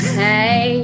hey